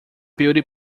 beauty